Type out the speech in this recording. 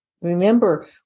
Remember